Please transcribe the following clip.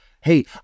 Hey